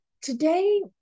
today